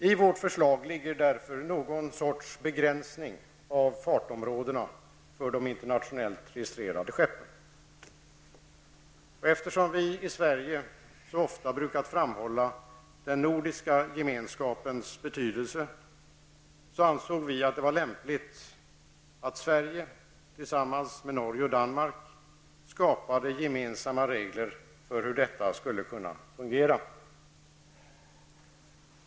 I vårt förslag ligger någon sorts begränsning av fartområdena för de internationellt registrerade skeppen. Eftersom vi i Sverige så ofta brukar framhålla den nordiska gemenskapens betydelse, ansåg vi att det vore lämpligt att Sverige, tillsammans med Norge och Danmark, skapade gemensamma regler för hur detta skulle kunna fungera.